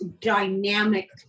dynamic